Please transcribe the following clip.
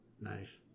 Nice